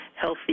healthy